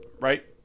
Right